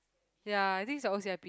ya I think it's the O_C_I_P